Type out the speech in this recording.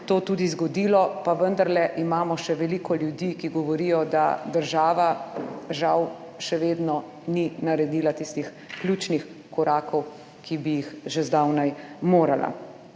to tudi zgodilo, pa vendarle imamo še veliko ljudi, ki govorijo, da država, žal, še vedno ni naredila tistih ključnih korakov, ki bi jih že zdavnaj morala.